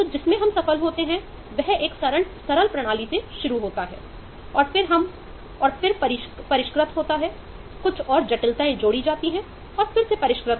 तो जिसमें हम सफल होते हैं वह एक सरल प्रणाली से शुरू होता है और फिर परिष्कृत होता है कुछ औरजटिलता जोड़ें और फिर से परिष्कृत